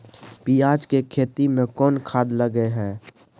पियाज के खेती में कोन खाद लगे हैं?